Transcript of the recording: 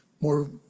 more